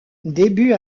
début